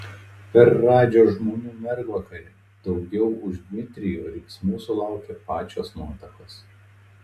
per radžio žmonų mergvakarį daugiau už dmitrijų riksmų sulaukė pačios nuotakos